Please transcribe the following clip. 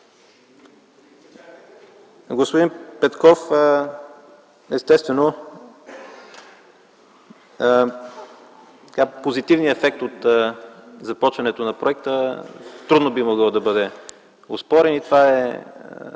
Господин Петков, естествено, позитивният ефект от започването на проекта трудно би могъл да бъде оспорен. Това е